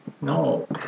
No